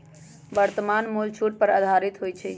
वर्तमान मोल छूट पर आधारित होइ छइ